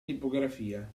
tipografia